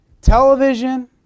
television